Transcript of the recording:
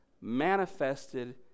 manifested